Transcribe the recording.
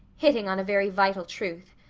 hitting on a very vital truth,